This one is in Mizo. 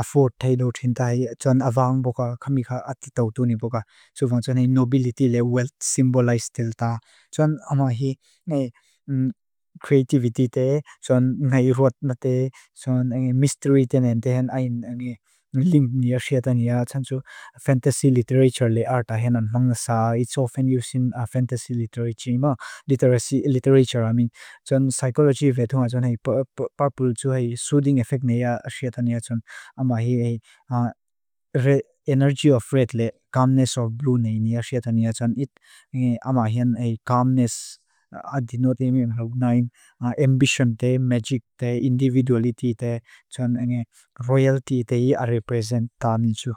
afórd taidóu thintai. Tón avang boka khamiká atitóu túni boka. Tón fóng tón hei nobility le wealth symbolized tilta. Tón amahi ne creativity te, tón ngay ruatna te, tón engi mystery te nhen tehen ayn engi limb ni axiatani a. Tón tón fantasy literature le arta henan mangasá. It's often used in fantasy literature. Tón psychology vedhunga tón hei párpúl tsú hei soothing effect ne a axiatani a tón. Amahi hei energy of red le calmness of blue ne a axiatani a tón. It amahihen hei calmness adinó te mi ngáuk náin ambition te, magic te, individuality te, tón engi royalty te hi a represent tán tsú.